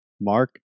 Mark